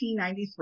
1893